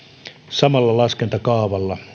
samalla laskentakaavalla